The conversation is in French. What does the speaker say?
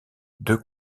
deux